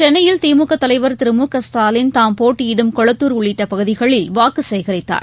சென்னையில் திமுகதலைவர் திரு மு க ஸ்டாலின் தாம் போட்டியிடும் கொளத்தார் உள்ளிட்டபகுதிகளில் வாக்குசேகரித்தார்